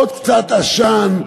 עוד קצת עשן,